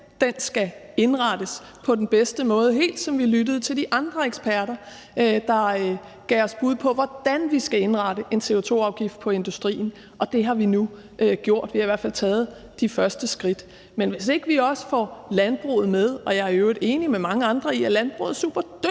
den skal indrettes på den bedste måde, helt som vi lyttede til de andre eksperter, der gav os bud på, hvordan vi skal indrette en CO2-afgift på industrien. Og det har vi nu gjort; vi har i hvert fald taget de første skridt. Men hvis ikke vi også får landbruget med – og jeg er i øvrigt enig med mange andre i, at landbruget er superdygtigt